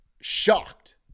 shocked